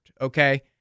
okay